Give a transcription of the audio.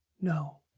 No